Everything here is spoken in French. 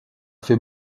fait